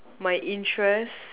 my interests